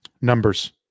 numbers